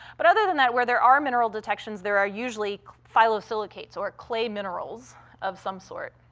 but other than that, where there are mineral detections, there are usually phyllosilicates or clay minerals of some sort.